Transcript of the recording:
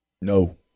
no